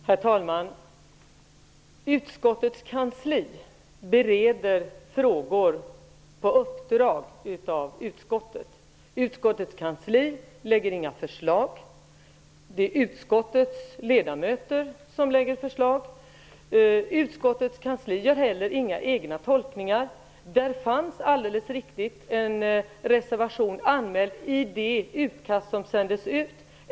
Herr talman! Utskottets kansli bereder frågor på uppdrag av utskottet. Utskottets kansli lägger inte fram några förslag. Det är utskottets ledamöter som lägger fram dem. Utskottets kansli gör heller inga egna tolkningar. Det fanns alldeles riktigt en reservation anmäld i det utkast som sändes ut.